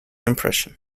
impression